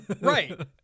Right